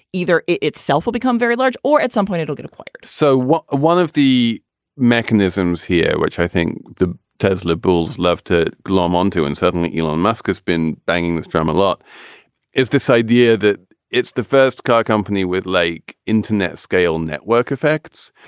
either itself will become very large or at some point it'll get acquired so what ah one of the mechanisms here, which i think the tesla bulls love to glom onto, and suddenly elon musk has been banging the drum a lot is this idea that it's the first car company with like internet scale network effects.